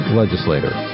legislator